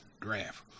draft